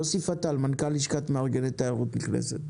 יוסי פתאל, מנכ"ל לשכת מארגני תיירות נכנסת.